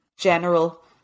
general